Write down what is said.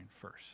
first